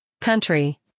Country